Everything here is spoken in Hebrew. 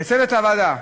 לצוות הוועדה,